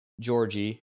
Georgie